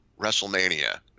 WrestleMania